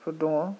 फोर दङ